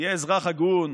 תהיה אזרח הגון,